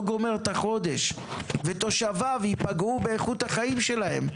בגלל שהוא לא גומר את החודש ותושביו ייפגעו באיכות החיים שלהם?